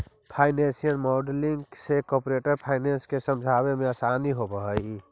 financial modelling से corporate finance के समझे मेंअसानी होवऽ हई